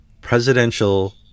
presidential